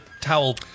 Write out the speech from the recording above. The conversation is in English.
towel